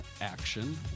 Action